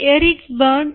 Eric Berne Late Dr